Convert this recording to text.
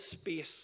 space